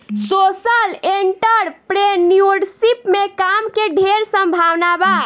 social entrepreneurship में काम के ढेर संभावना बा